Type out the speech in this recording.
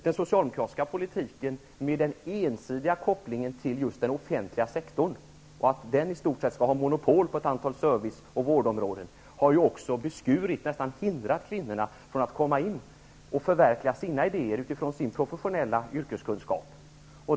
Den socialdemokratiska politiken, med dess ensidiga koppling till just den offentliga sektorn, som i stort sett skall ha monopol på ett antal service och vårdområden, har också beskurit, nästan hindrat kvinnorna från att komma in och förverkliga sina idéer utifrån sin professionella yrkeskunskap.